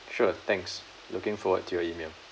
sure thanks looking forward to your email